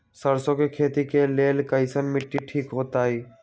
सरसों के खेती के लेल कईसन मिट्टी ठीक हो ताई?